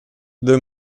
the